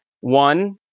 one